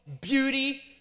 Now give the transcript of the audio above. beauty